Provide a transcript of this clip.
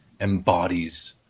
embodies